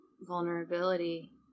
vulnerability